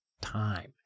time